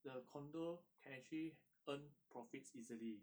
the condo can actually earn profits easily